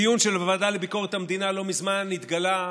בדיון של הוועדה לביקורת המדינה לא מזמן התגלה,